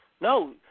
No